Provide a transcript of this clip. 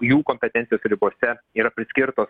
jų kompetencijos ribose yra priskirtos